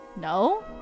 no